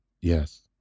yes